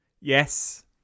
Yes